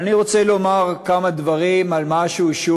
אני רוצה לומר כמה דברים על משהו שהוא